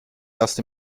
erst